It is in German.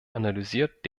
analysiert